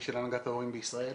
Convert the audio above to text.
של הנהגת ההורים בישראל,